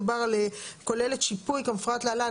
דובר על "כוללת שיפוי כמפורט להלן".